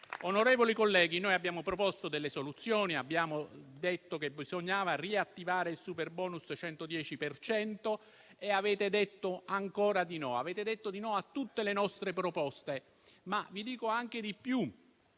Onorevoli colleghi, noi abbiamo proposto delle soluzioni, abbiamo detto che bisognava riattivare il superbonus al 110 per cento e avete detto ancora di no. Avete detto di no a tutte le nostre proposte, ma vi dico anche di più.